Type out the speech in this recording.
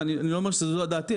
ואני לא אומר שזו דעתי,